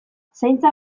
zaintza